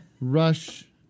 Rush